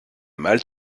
mal